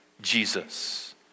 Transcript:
jesus